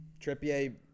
Trippier